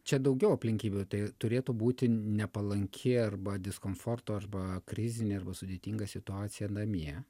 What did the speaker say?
čia daugiau aplinkybių tai turėtų būti nepalanki arba diskomforto arba krizinė arba sudėtinga situacija namie